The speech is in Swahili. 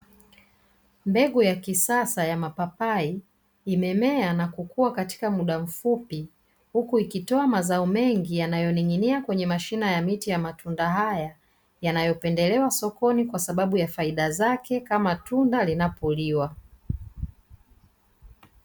Mbegu ya kisasa ya mapapai imemea na kukua katika muda mfupi, huku ikitoa mazao mengi yanayoning'inia kwenye mashina ya miti ya matunda haya yanayopendelewa sokoni kwasababu ya faida zake kama tunda linapoliwa.